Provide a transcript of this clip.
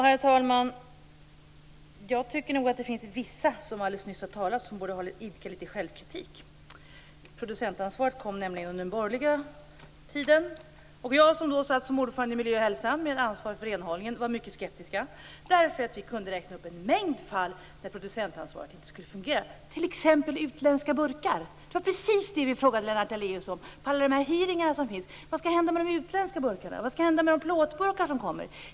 Herr talman! Jag tycker nog att vissa - det talades ju alldeles nyss om just vissa - borde idka litet självkritik. Producentansvaret kom nämligen till under den borgerliga tiden. Jag var på den tiden ordförande i Miljö och hälsoskyddsnämnden med ansvar för renhållningen. Där var vi mycket skeptiska just därför att vi kunde räkna upp en mängd fall där producentansvaret inte skulle fungera. Det gällde t.ex. utländska burkar. Precis det frågade vi Lennart Daléus om på de hearingar som var. Vi frågade: Vad skall hända med de utländska burkarna? Vad skall hända med de plåtburkar som kommer?